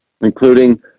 including